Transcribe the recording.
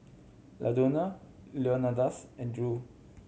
Ladonna Leonidas and Drew